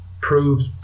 proved